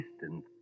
distance